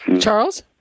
Charles